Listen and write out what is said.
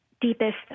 deepest